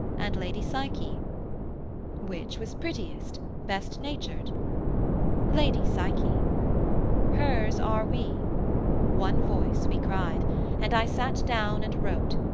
and lady psyche which was prettiest, best-natured lady psyche hers are we one voice, we cried and i sat down and wrote,